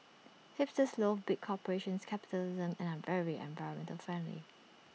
hipsters loath big corporations capitalism and are very environmental friendly